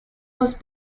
was